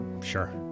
sure